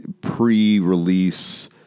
pre-release